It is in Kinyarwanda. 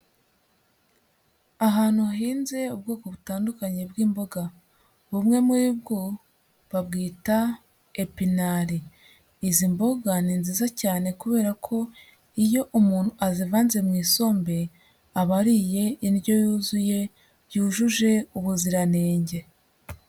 Ahantu hahinze ubwoko butandukanye bw'imboga, bumwe muri bwo babwita epinari, izi mboga ni nziza cyane kubera ko iyo umuntu azivanze mu isombe, aba ariye indyo yuzuye yujuje ubuziranenge.